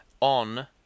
on